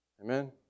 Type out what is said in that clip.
Amen